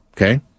Okay